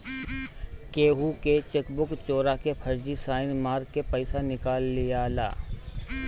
केहू के चेकबुक चोरा के फर्जी साइन मार के पईसा निकाल लियाला